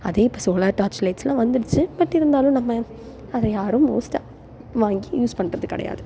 அது இப்போ solar torch லைட்ஸுலாம் வந்துடுச்சு பட் இருந்தாலும் நம்ம அதை யாரும் மோஸ்ட்டாக வாங்கி யூஸ் பண்ணுறது கிடையாது